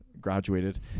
graduated